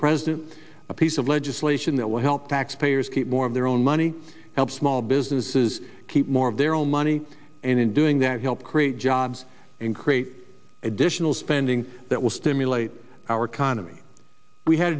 president a piece of legislation that will help taxpayers keep more of their own money help small businesses keep more of their own money and in doing that help create jobs and create additional spending that will stimulate our economy we had